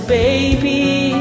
baby